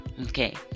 okay